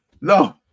no